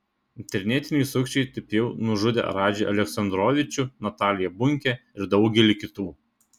internetiniai sukčiai taip jau nužudė radžį aleksandrovičių nataliją bunkę ir daugelį kitų